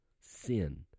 sin